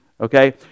Okay